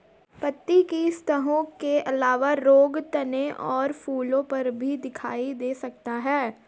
पत्ती की सतहों के अलावा रोग तने और फूलों पर भी दिखाई दे सकता है